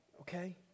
okay